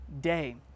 day